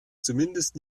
zumindest